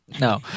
no